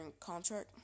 contract